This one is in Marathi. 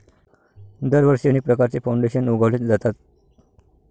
दरवर्षी अनेक प्रकारचे फाउंडेशन उघडले जातात